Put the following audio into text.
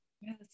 yes